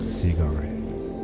cigarettes